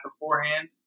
beforehand